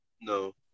No